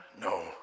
No